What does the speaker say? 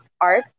art